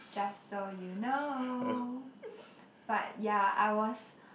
just so you know but ya I was